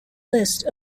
list